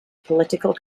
political